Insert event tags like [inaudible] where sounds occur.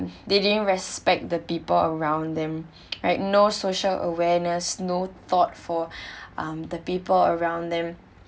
they didn't respect the people around them [noise] right no social awareness no thought for um the people around them